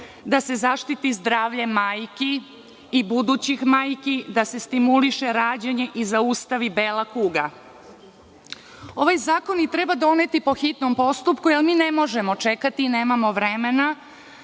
da se zaštiti zdravlje majki i budućih majki, da se stimuliše rađanje i zaustavi bela kuga. Ovaj zakon treba doneti po hitnom postupku jer mi ne možemo čekati i nemamo vremena